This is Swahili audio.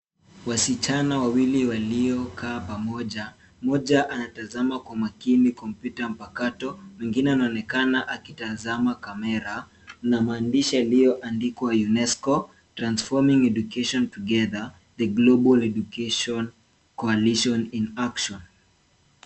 Wasichana wawili waliokaa pamoja. Mmoja anatazama kwa makini kompyuta mpakato mwingine anaonekana akitazama kamera na maandishi yaliyoandikwa UNESCO transforming education together, the global education coalition in action .